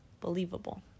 believable